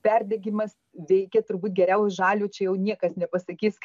perdegimas veikia turbūt geriau už alių čia jau niekas nepasakys